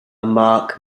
mark